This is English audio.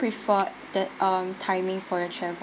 preferred date um timing for your travel